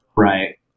Right